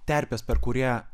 terpės per kurią